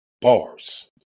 bars